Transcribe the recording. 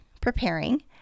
preparing